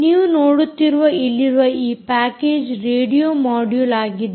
ನೀವು ನೋಡುತ್ತಿರುವ ಇಲ್ಲಿರುವ ಈ ಪ್ಯಾಕೇಜ್ ರೇಡಿಯೊ ಮೊಡ್ಯುಲ್ ಆಗಿದೆ